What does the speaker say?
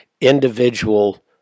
individual